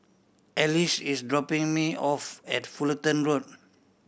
Ashleigh is dropping me off at Fullerton Road